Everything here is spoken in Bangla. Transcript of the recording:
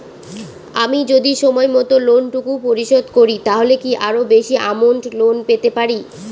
আমি যদি সময় মত লোন টুকু পরিশোধ করি তাহলে কি আরো বেশি আমৌন্ট লোন পেতে পাড়ি?